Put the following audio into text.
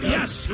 Yes